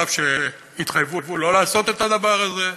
אף שהתחייבו לא לעשות את הדבר הזה,